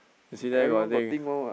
you see there got what thing